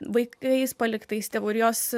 vaikais paliktais tėvų ir jos